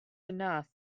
enough